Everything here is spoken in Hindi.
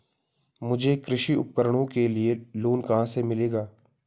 मुझे कृषि उपकरणों के लिए लोन कहाँ से मिलेगा?